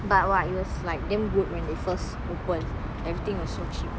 but !wah! it was like damn good when they first open every thing was so cheap